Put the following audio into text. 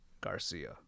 garcia